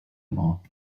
more